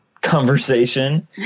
conversation